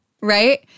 Right